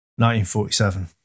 1947